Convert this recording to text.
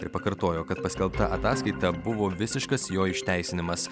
ir pakartojo kad paskelbta ataskaita buvo visiškas jo išteisinimas